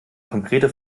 konkrete